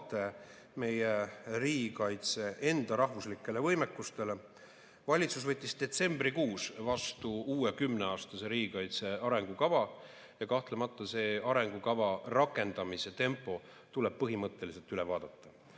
meie riigikaitse enda rahvuslikele võimekustele. Valitsus võttis detsembrikuus vastu uue kümneaastase riigikaitse arengukava. Kahtlemata tuleb arengukava rakendamise tempo põhimõtteliselt üle vaadata